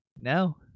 No